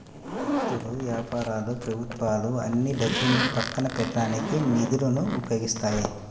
వ్యక్తులు, వ్యాపారాలు ప్రభుత్వాలు అన్నీ డబ్బును పక్కన పెట్టడానికి నిధులను ఉపయోగిస్తాయి